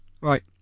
Right